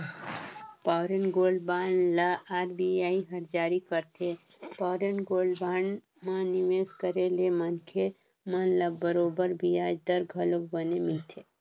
sovereign gold bond ल RBI हर जारी करथे, सॉवरेन गोल्ड बांड म निवेस करे ले मनखे मन ल बरोबर बियाज दर घलोक बने मिलथे